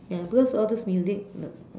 ya because all those music uh